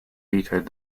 vetoed